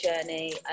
journey